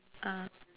ah